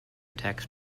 text